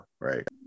right